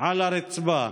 על הרצפה,